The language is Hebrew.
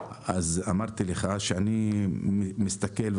אמרתי לך אני מסתכל,